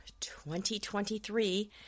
2023